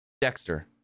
Dexter